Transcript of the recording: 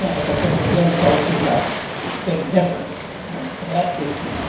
yeah because it again shows you the big difference and for that reason